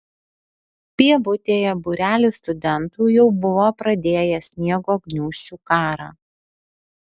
pievutėje būrelis studentų jau buvo pradėjęs sniego gniūžčių karą